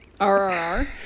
RRR